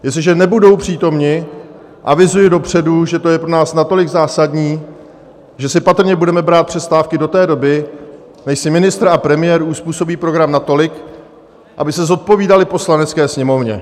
Jestliže nebudou přítomni, avizuji dopředu, že to je pro nás natolik zásadní, že si patrně budeme brát přestávky do té doby, než si ministr a premiér uzpůsobí program natolik, aby se zodpovídali Poslanecké sněmovně.